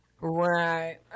Right